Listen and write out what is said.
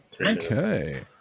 Okay